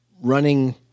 running